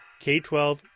k12